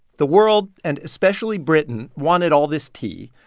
the world, and especially britain, wanted all this tea,